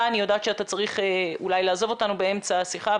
אני יודעת שאתה צריך אולי לעזוב אותנו באמצע השיחה,